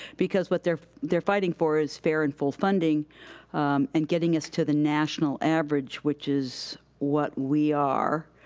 because what they're they're fighting for is fair and full funding and getting us to the national average which is what we are,